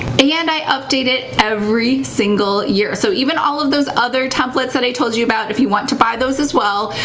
and i update it every single year. so even all of those other templates that i told you about, if you want to buy those as well,